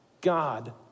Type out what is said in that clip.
God